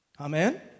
Amen